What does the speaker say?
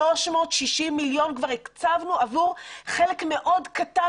360 מיליון שקלים כבר הקצבנו עבור חלק מאוד קטן